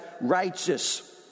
righteous